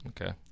Okay